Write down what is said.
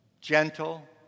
Gentle